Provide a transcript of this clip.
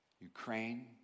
Ukraine